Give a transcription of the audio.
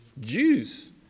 Jews